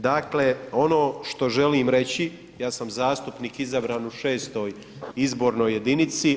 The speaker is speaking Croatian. Dakle ono što želim reći, ja sam zastupnik izabran u VI. izbornoj jedinici.